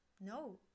No